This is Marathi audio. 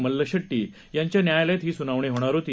मल्लशेट्टीयांच्यान्यायालयातहीस्नावणीहोणारहोती